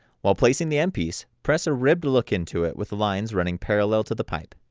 while placing the m piece, press a ribbed look into it with the lines running parrallel to the pipe.